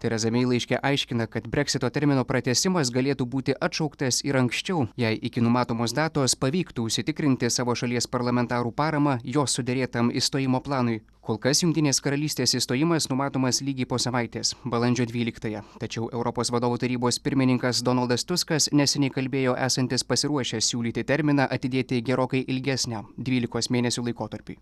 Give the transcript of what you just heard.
tereza mei laiške aiškina kad breksito termino pratęsimas galėtų būti atšauktas ir anksčiau jei iki numatomos datos pavyktų užsitikrinti savo šalies parlamentarų paramą jos suderėtam išstojimo planui kol kas jungtinės karalystės išstojimas numatomas lygiai po savaitės balandžio dvyliktąją tačiau europos vadovų tarybos pirmininkas donaldas tuskas neseniai kalbėjo esantis pasiruošęs siūlyti terminą atidėti gerokai ilgesniam dvylikos mėnesių laikotarpiui